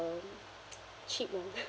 cheap one